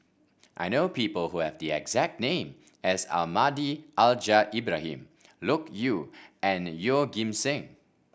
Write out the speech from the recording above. I know people who have the exact name as Almahdi Al Ibrahim Loke Yew and Yeoh Ghim Seng